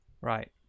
Right